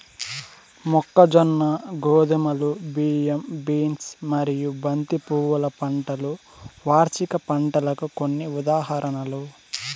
మొక్కజొన్న, గోధుమలు, బియ్యం, బీన్స్ మరియు బంతి పువ్వుల పంటలు వార్షిక పంటలకు కొన్ని ఉదాహరణలు